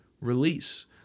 release